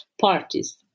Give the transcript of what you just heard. parties